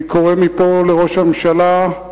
אני קורא מפה לראש הממשלה: